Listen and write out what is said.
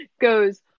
goes